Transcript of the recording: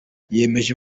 yemeje